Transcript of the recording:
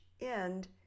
end